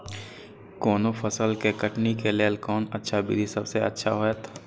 कोनो फसल के कटनी के लेल कोन अच्छा विधि सबसँ अच्छा होयत?